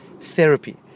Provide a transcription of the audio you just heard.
therapy